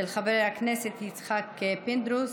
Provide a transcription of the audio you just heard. של חבר הכנסת יצחק פינדרוס.